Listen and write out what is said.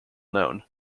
known